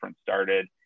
started